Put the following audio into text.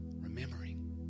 remembering